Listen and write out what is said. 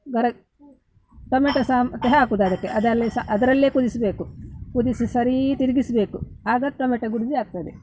ಬರ ಟೊಮೆಟೋ ಸಾಮ್ ಪುನಃ ಹಾಕೋದದಕ್ಕೆ ಅದ್ರಲ್ಲಿ ಸಹ ಅದರಲ್ಲೇ ಕುದಿಸಬೇಕು ಕುದಿಸಿ ಸರಿ ತಿರುಗಿಸ್ಬೇಕು ಆಗ ಟೊಮೆಟೋ ಗುರ್ಜಿ ಆಗ್ತದೆ